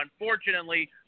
unfortunately